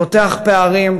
פותח פערים,